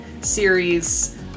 series